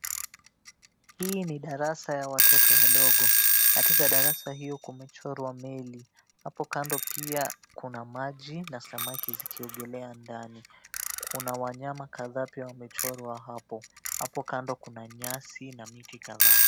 Hii ni darasa ya watoto wadogo. Katika darasa hiyo kumechorwa meli. Hapo kando pia kuna maji na samaki wakiogelea ndani. Kuna wanyama kadhaa pia wamechorwa hapo. Hapo kando kuna nyasi na miti kadhaa.